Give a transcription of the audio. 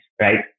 right